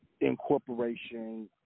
incorporation